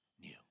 new